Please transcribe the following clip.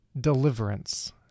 deliverance